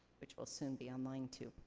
which will soon be online too